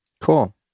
Cool